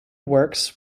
works